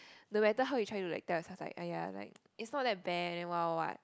no matter how you try to like tell yourself like !aiya! like it's not that bad then what what what